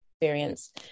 experience